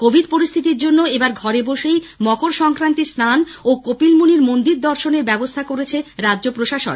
Covid পরিস্থিতির জন্য এবার ঘরে বসেই মকর সংক্রান্তির স্নান ও কপিল মুনির মন্দির দর্শনের ব্যবস্থা করেছে রাজ্য প্রশাসন